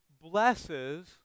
blesses